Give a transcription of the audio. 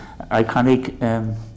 iconic